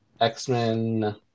X-Men